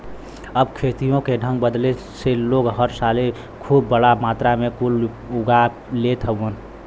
अब खेतियों के ढंग बदले से लोग हर साले खूब बड़ा मात्रा मे कुल उगा लेत हउवन